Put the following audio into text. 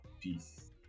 peace